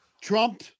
Trump